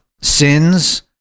Sins